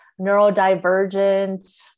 neurodivergent